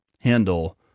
handle